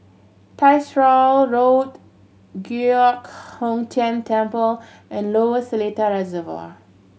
Tyersall Road Giok Hong Tian Temple and Lower Seletar Reservoir